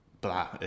blah